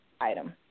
item